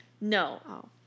No